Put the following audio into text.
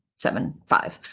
seven five,